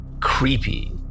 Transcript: creepy